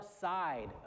side